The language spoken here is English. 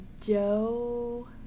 Joe